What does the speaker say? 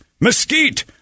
mesquite